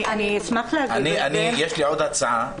יש לי עוד הצעה,